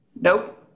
Nope